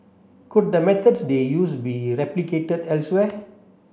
could the methods they used be replicated elsewhere